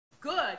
Good